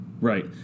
Right